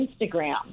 Instagram